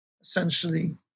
Essentially